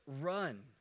run